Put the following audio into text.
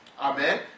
Amen